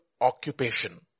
occupation